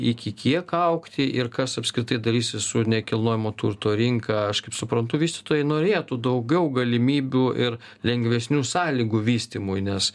iki kiek augti ir kas apskritai darysis su nekilnojamo turto rinka aš kaip suprantu vystytojai norėtų daugiau galimybių ir lengvesnių sąlygų vystymui nes